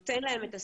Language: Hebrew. נותן להם את הסיוע.